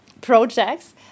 projects